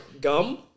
gum